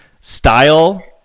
Style